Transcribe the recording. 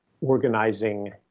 organizing